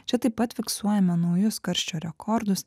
čia taip pat fiksuojame naujus karščio rekordus